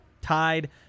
tied